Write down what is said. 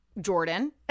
Jordan